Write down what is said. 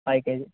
five KG